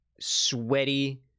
sweaty